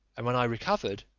and when i recovered,